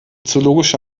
zoologische